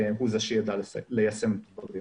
הוא זה שיידע ליישם את הדברים.